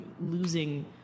losing